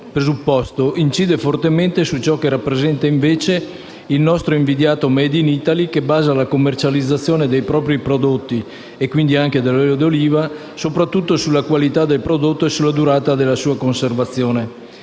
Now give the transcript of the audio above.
presupposto incide fortemente su ciò che rappresenta, invece, il nostro invidiato *made in Italy*, che basa la commercializzazione dei propri prodotti - quindi anche dell'olio di oliva - soprattutto sulla qualità del prodotto e sulla durata della sua conservazione.